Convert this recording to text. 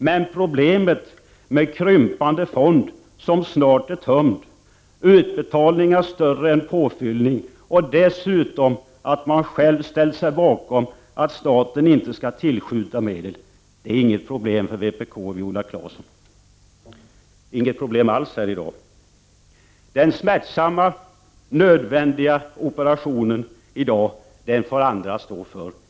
Men problemet med krympande fond som snart är tömd, med utbetalningar större än påfyllning, och dessutom att man själv ställt sig bakom att staten inte skall tillskjuta medel — det är inget problem alls för vpk i dag, Viola Claesson. Den smärtsamma, nödvändiga operationen i dag, den får andra stå för.